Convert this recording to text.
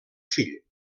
fill